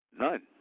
None